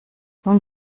nun